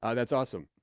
ah that's awesome.